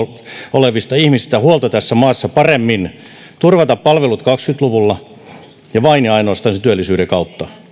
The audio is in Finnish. olevista ihmisistä huolta tässä maassa paremmin turvata palvelut kaksikymmentä luvulla vain ja ainoastaan työllisyyden kautta